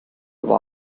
war